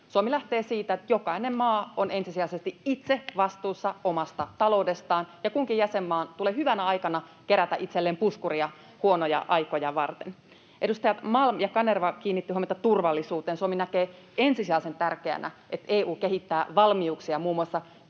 Suomi lähtee siitä, että jokainen maa on ensisijaisesti itse vastuussa omasta taloudestaan ja kunkin jäsenmaan tulee hyvänä aikana kerätä itselleen puskuria huonoja aikoja varten. Edustajat Malm ja Kanerva kiinnittivät huomiota turvallisuuteen. Suomi näkee ensisijaisen tärkeänä, että EU kehittää valmiuksia muun muassa